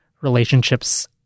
relationships